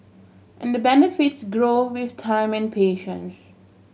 and the benefits grow with time and patience